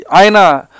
aina